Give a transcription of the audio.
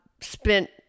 spent